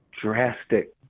drastic